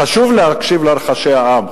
חשוב להקשיב לרחשי העם,